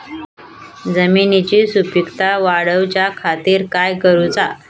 जमिनीची सुपीकता वाढवच्या खातीर काय करूचा?